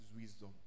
wisdom